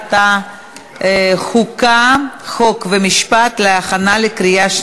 לוועדת החוקה, חוק ומשפט נתקבלה.